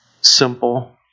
simple